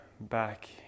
back